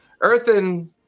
Earthen